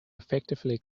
effectively